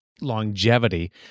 longevity